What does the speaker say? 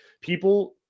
People